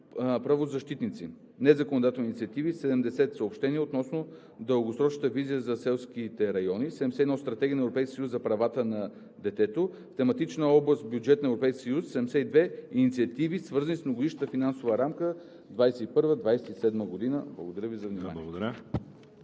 правозащитници. Незаконодателни инициативи 70. Съобщение относно дългосрочната визия за селските райони. 71. Стратегия на ЕС за правата на детето. В тематична област – Бюджет на Европейския съюз 72. Инициативи, свързани с Многогодишната финансова рамка 2021 – 2027 г.“ Благодаря Ви за вниманието.